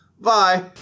Bye